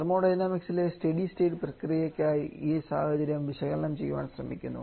thermodynamics ലെ steady state പ്രക്രിയയ്ക്കായി ഈ സാഹചര്യം വിശകലനം ചെയ്യാൻ ശ്രമിക്കുന്നു